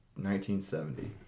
1970